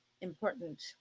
Important